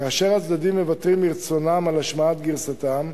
כאשר הצדדים מוותרים מרצונם על השמעת גרסתם.